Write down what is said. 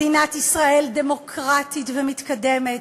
מדינת ישראל דמוקרטית ומתקדמת,